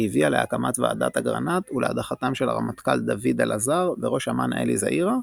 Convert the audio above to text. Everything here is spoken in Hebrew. הביאה להקמת ועדת אגרנט ולהדחתם של הרמטכ"ל דוד אלעזר וראש אמ"ן אלי זעירא,